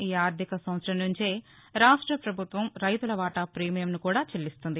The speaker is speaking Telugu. ఈ ఆర్గిక సంవత్సరం నుంచే రాష్ట ప్రభుత్వం రైతుల వాటా పీమియంను కూడా చెల్లిస్తుంది